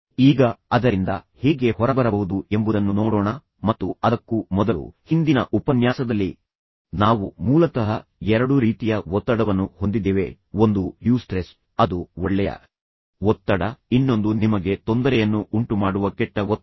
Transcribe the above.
ಈಗ ಅದರಿಂದ ಹೇಗೆ ಹೊರಬರಬಹುದು ಎಂಬುದನ್ನು ನೋಡೋಣ ಮತ್ತು ಅದಕ್ಕೂ ಮೊದಲು ಹಿಂದಿನ ಉಪನ್ಯಾಸದಲ್ಲಿ ನಾವು ಮೂಲತಃ ಎರಡು ರೀತಿಯ ಒತ್ತಡವನ್ನು ಹೊಂದಿದ್ದೇವೆ ಎಂದು ನಾನು ನಿಮಗೆ ಹೇಳಿದೆ ಒಂದು ಯೂಸ್ಟ್ರೆಸ್ ಅದು ಒಳ್ಳೆಯ ಒತ್ತಡ ಇನ್ನೊಂದು ನಿಮಗೆ ತೊಂದರೆಯನ್ನು ಉಂಟುಮಾಡುವ ಕೆಟ್ಟ ಒತ್ತಡ